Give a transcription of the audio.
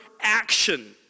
action